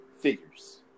figures